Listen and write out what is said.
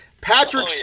Patrick